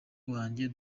wanjye